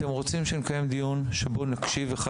אתם רוצים שנקיים דיון שבו נקשיב אחד